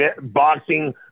boxing